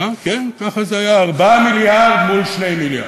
כן, ככה זה היה, 4 מיליארד מול 2 מיליארד.